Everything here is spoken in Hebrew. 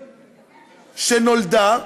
שנולדה,